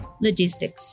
logistics